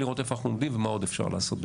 לראות איפה אנחנו עומדים ומה עוד אפשר לעשות,